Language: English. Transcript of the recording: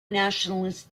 nationalist